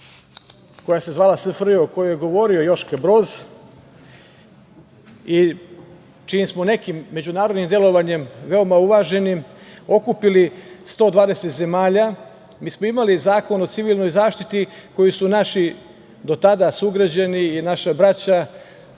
koja se zvala SFRJ, o kojoj je govorio Joška Broz, čijim smo nekim međunarodnim delovanjem veoma uvaženim okupili 120 zemalja, mi smo imali Zakon o civilnoj zaštiti, koji su naši do tada sugrađani i naša braća,